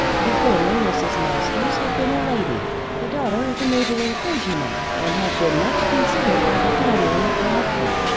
the former mrs. masters had been a lady the daughter of a neighbouring clergyman and had been much considered by the family at bragton.